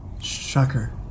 Shocker